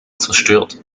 zerstört